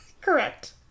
Correct